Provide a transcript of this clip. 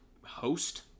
host